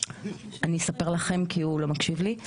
אני אספר לכם, כי הוא לא מקשיב לי.